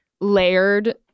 layered